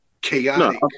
chaotic